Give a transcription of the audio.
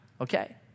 okay